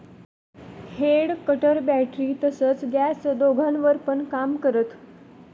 head cutter battery तसच gas दोघांवर पण काम करत